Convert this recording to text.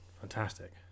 Fantastic